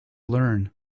learn